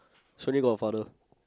so only got her father